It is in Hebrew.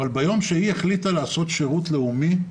אבל מיום שהיא החליטה לעשות שירות לאומי,